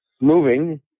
moving